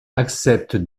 accepte